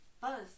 Buzz